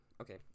okay